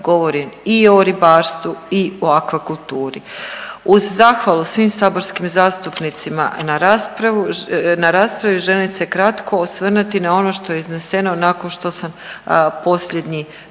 govorim i o ribarstvu i o akvakulturi. Uz zahvalu svim saborskim zastupnicima na raspravi, želim se kratko osvrnuti na ono što je izneseno nakon što sam posljednji